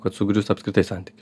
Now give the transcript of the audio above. kad sugrius apskritai santykiai